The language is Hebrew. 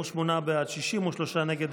48 בעד, 62 נגד.